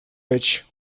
which